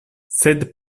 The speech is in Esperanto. sed